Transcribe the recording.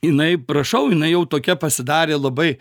jinai prašau jinai jau tokia pasidarė labai